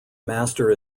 master